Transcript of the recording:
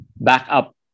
backup